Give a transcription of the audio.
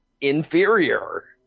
inferior